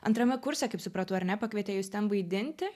antrame kurse kaip supratau ar ne pakvietė jus ten vaidinti